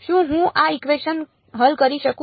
શું હું આ ઇકવેશન હલ કરી શકું